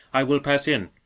i will pass in,